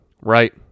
right